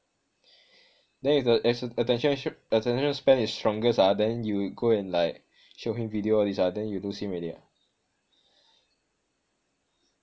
then if the a~ attention s~ attention span is strongest ah then you go and like show him video all this ah then you lose him already [what]